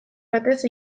batez